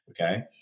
Okay